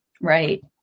Right